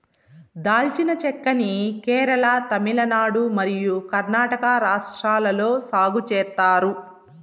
దాల్చిన చెక్క ని కేరళ, తమిళనాడు మరియు కర్ణాటక రాష్ట్రాలలో సాగు చేత్తారు